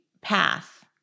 path